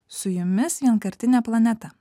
su jumis vienkartinė planeta